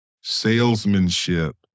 salesmanship